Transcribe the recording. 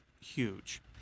huge